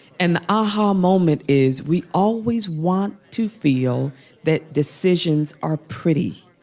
and the aha moment is we always want to feel that decisions are pretty.